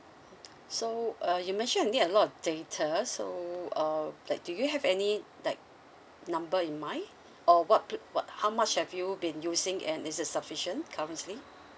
mm so uh you mentioned you need a lot of data so uh like do you have any like number in mind or what pl~ what how much have you been using and is it sufficient currently